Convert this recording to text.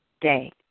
day